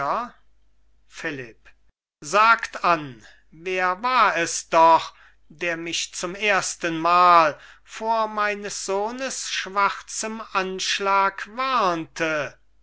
philipp sagt an wer war es doch der mich zum erstenmal vor meines sohnes schwarzem anschlag warnte